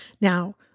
Now